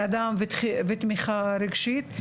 הילד עצמו ותמיכה רגשית,